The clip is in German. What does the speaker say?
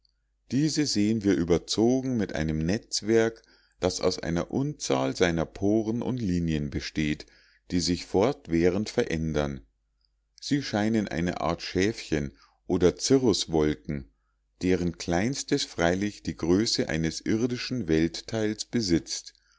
diese sehen wir überzogen mit einem netzwerk das aus einer unzahl feiner poren und linien besteht die sich fortwährend verändern sie scheinen eine art schäfchen oder cirruswölkchen deren kleinstes freilich die größe eines irdischen weltteils besitzt